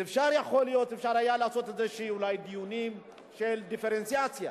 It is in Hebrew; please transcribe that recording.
אז יכול להיות שאפשר היה לעשות אולי דיונים על דיפרנציאציה.